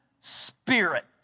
spirit